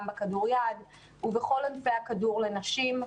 בכדוריד ובכל ענפי הכדור לנשים.